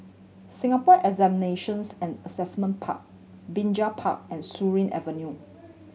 Singapore Examinations and Assessment Park Binjai Park and Surin Avenue